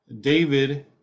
david